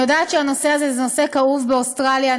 אני יודעת שהנושא הזה הוא נושא כאוב באוסטרליה.